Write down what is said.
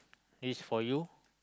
this is for you